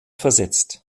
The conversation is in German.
versetzt